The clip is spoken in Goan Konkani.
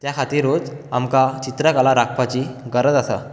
त्या खातीरूच आमकां चित्रकला राखपाची गरज आसा